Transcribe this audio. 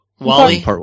Wally